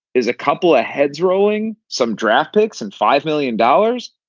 is a couple a heads rolling. some draft picks and five million dollars.